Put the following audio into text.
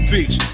Beach